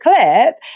clip